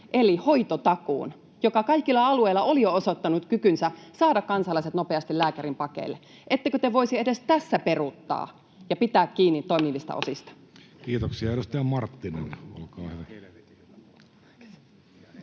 eli hoitotakuun, joka kaikilla alueilla oli jo osoittanut kykynsä saada kansalaiset nopeasti lääkärin pakeille. Ettekö te voisi edes tässä peruuttaa ja pitää kiinni toimivista osista? Pahoittelut. Kiitoksia. — Edustaja Marttinen, olkaa hyvä.